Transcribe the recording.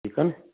ठीकु आहे न